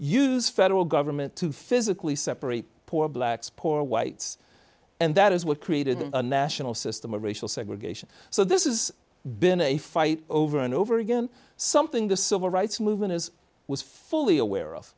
use federal government to physically separate poor blacks poor whites and that is what created a national system of racial segregation so this is been a fight over and over again something the civil rights movement has was fully aware of